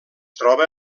troba